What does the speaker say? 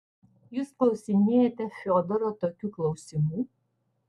jūs klausinėjate fiodoro tokių klausimų